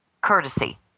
courtesy